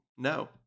No